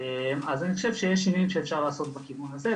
אז אני חושב שיש שינויים שאפשר לעשות גם בכיוון הזה,